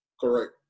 Correct